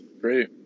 great